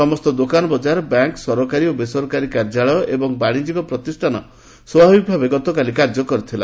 ସମସ୍ତ ଦୋକାନବଜାର ବ୍ୟାଙ୍କ୍ ସରକାରୀ ଓ ବେସରକାରୀ କାର୍ଯ୍ୟାଳୟ ଏବଂ ବାଣିକ୍ୟିକ ପ୍ରତିଷ୍ଠାନ ସ୍ୱଭାବିକ ଭାବେ କାର୍ଯ୍ୟ କରିଥିଲା